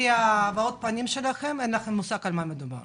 לפי הבעות הפנים שלכם אני רואה שאתם לא מבינים על מה אנחנו מדברים.